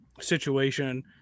situation